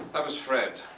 that was fred.